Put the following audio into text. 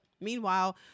meanwhile